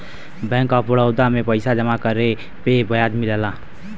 bank of Baroda में पइसा जमा करे पे ब्याज मिलला